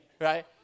right